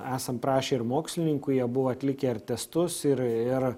esam prašę ir mokslininkų jie buvo atlikę ir testus ir ir